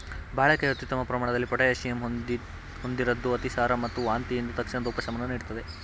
ಬಾಳೆಕಾಯಿ ಅತ್ಯುತ್ತಮ ಪ್ರಮಾಣದಲ್ಲಿ ಪೊಟ್ಯಾಷಿಯಂ ಹೊಂದಿರದ್ದು ಅತಿಸಾರ ಮತ್ತು ವಾಂತಿಯಿಂದ ತಕ್ಷಣದ ಉಪಶಮನ ನೀಡ್ತದೆ